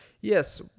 yes